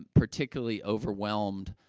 particularly overwhelmed,